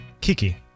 Kiki